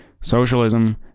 socialism